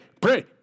pray